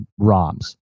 ROMs